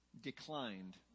declined